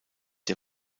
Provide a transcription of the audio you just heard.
der